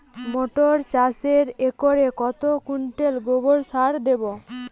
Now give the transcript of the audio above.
মটর চাষে একরে কত কুইন্টাল গোবরসার দেবো?